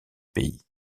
pays